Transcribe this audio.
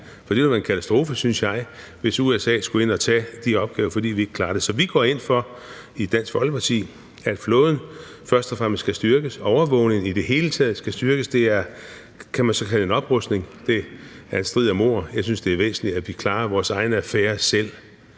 for det ville være en katastrofe, synes jeg, hvis USA skulle ind og tage de opgaver, fordi vi ikke klarer det. Så vi går ind for, i Dansk Folkeparti, at flåden, først og fremmest, skal styrkes, overvågning i det hele taget skal styrkes. Det kan man så kalde en oprustning. Det er en strid om ord. Jeg synes, det er væsentligt, at vi klarer vores egne affærer selv,